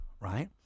Right